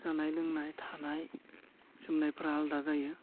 जानाय लोंनाय थानाय जोमनायफ्रा आलदा जायो